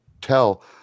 tell